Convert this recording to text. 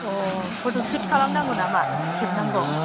अ' फटसुट खालामनांगौ नामा खेबनांगौ